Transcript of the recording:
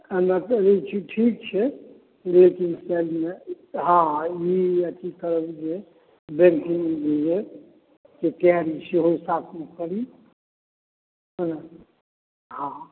MA करै छी ठीक छै लेकिन साइडमे हाँ ई एथी करब जे बैंकिंग जे यऽ तेकरो तैयारी साथमे करी है ने हाँ